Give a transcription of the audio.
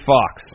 Fox